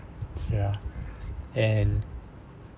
ya and